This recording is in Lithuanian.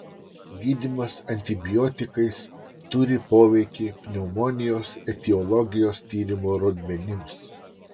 gydymas antibiotikais turi poveikį pneumonijos etiologijos tyrimo rodmenims